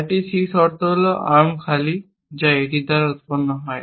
আরেকটি C শর্ত হল আর্ম খালি যা এটি দ্বারাও উৎপন্ন হয়